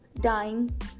dying